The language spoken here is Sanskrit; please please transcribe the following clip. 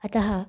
अतः